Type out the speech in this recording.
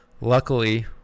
Luckily